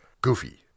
Goofy